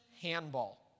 Handball